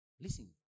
Listen